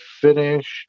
finished